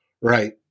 right